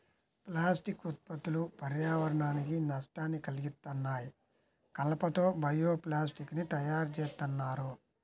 plastic ఉత్పత్తులు పర్యావరణానికి నష్టాన్ని కల్గిత్తన్నాయి, కలప తో బయో ప్లాస్టిక్ ని తయ్యారుజేత్తన్నారు